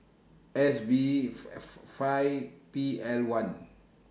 S V five P L one